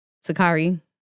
Sakari